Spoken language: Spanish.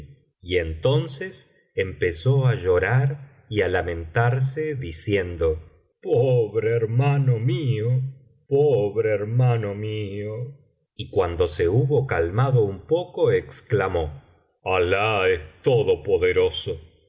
y entonces empezó á llorar y á lamentarse diciendo pobre hermano mío pobre hermano mío y cuando se hubo calmado un poco exclamó alah es todopoderoso